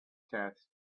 test